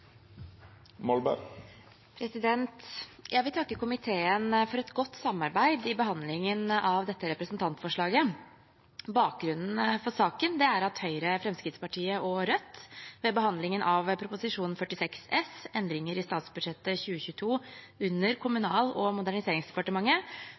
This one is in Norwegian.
minutt. Jeg vil takke komiteen for et godt samarbeid i behandlingen av dette representantforslaget. Bakgrunnen for saken er at Høyre, Fremskrittspartiet og Rødt ved behandlingen av Prop. 46 S for 2021–2022 om endringer i statsbudsjettet for 2022 under